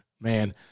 man